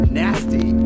nasty